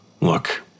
Look